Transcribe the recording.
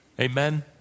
Amen